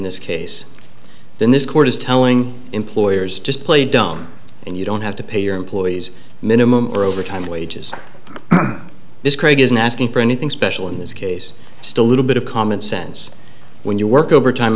this case then this court is telling employers just play dumb and you don't have to pay your employees minimum or overtime wages this craig isn't asking for anything special in this case still a little bit of common sense when you work overtime